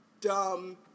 dumb